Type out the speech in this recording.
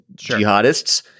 jihadists